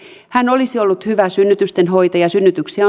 hän olisi ollut hyvä synnytysten hoitaja synnytyksiä